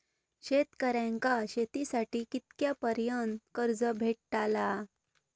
शेतकऱ्यांका शेतीसाठी कितक्या पर्यंत कर्ज भेटताला?